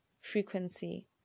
frequency